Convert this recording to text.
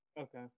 Okay